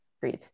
breathe